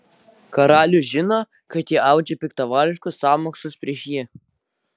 karalius žino kad jie audžia piktavališkus sąmokslus prieš jį